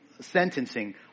sentencing